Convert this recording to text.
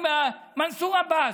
מנסור עבאס,